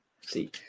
see